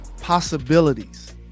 possibilities